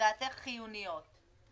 שלדעתך חיוניות.